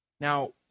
Now